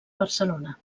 barcelona